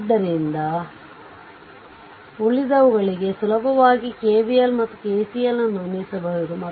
ಆದ್ದರಿಂದ ಉಳಿದವುಗಳಿಗೆ ಸುಲಭವಾಗಿ KVL ಮತ್ತು KCL ನ್ನು ಅನ್ವಯಿಸಬಹುದು